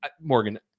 Morgan